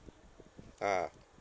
ah